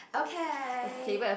okay